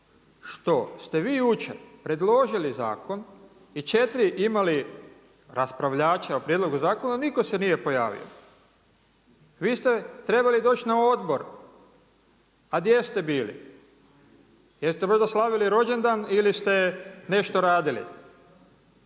što ste vi jučer predložili zakon i četiri imali raspravljača o prijedlogu zakona i nitko se nije pojavio. Vi ste trebali doći na odbor a gdje ste bili? Jeste možda slavili rođendan ili ste nešto radili?